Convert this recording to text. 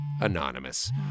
anonymous